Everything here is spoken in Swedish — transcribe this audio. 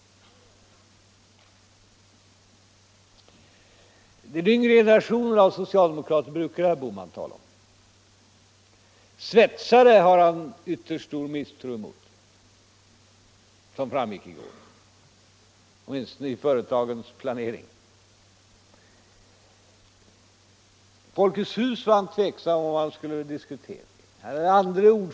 Den yngre generationen av socialdemokrater brukar herr Bohman tala om. Svetsare hyser han ytterst stor misstro mot, åtminstone i företagens planering, såsom framgick av debatten i går. Och Folkets hus var han tveksam om han skulle diskutera i.